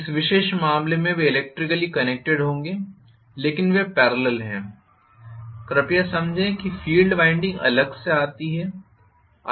इस विशेष मामले में वे इलेक्ट्रिकली कनेक्टेड होंगे लेकिन वे पेरलल हैं लेकिन कृपया समझें कि फ़ील्ड वाइंडिंग अलग से आती है